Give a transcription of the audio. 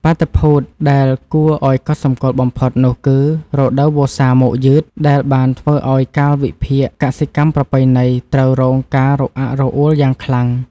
បាតុភូតដែលគួរឱ្យកត់សម្គាល់បំផុតនោះគឺ រដូវវស្សាមកយឺត ដែលបានធ្វើឱ្យកាលវិភាគកសិកម្មប្រពៃណីត្រូវរងការរអាក់រអួលយ៉ាងខ្លាំង។